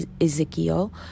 Ezekiel